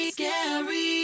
Scary